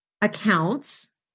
accounts